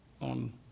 on